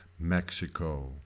Mexico